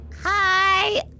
Hi